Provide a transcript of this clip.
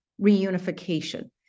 reunification